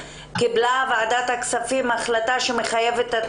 קבלה ועדת הכספים החלטה שמחייבת את